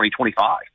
2025